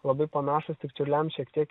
labai panašūs tik čiurliams šiek tiek